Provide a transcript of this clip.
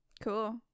Cool